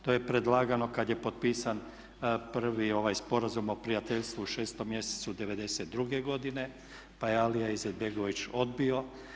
To je predlagano kad je potpisan prvi ovaj sporazum o prijateljstvu u 6.mjesecu 92.godine, pa je Alija Izetbegović odbio.